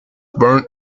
born